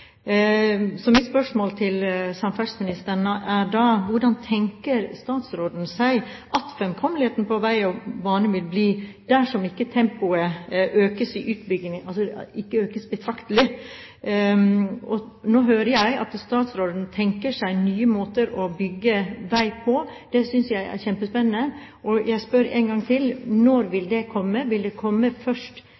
Så mitt spørsmål til samferdselsministeren er: Hvordan tenker statsråden seg at fremkommeligheten på vei og bane vil bli dersom ikke tempoet økes betraktelig? Nå hører jeg at statsråden tenker seg nye måter å bygge vei på. Det synes jeg er kjempespennende, og jeg spør en gang til: Når vil